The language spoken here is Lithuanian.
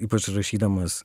ypač rašydamas